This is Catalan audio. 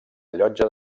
llotja